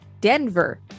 Denver